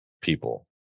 people